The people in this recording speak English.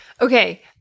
Okay